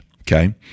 Okay